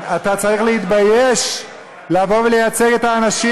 אתה צריך להתבייש לבוא ולייצג את האנשים